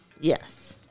Yes